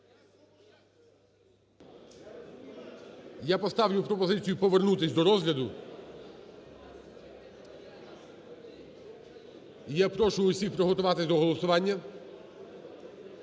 Я поставлю пропозицію повернутись до розгляду. Я прошу всіх приготуватись до голосування.